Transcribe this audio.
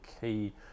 key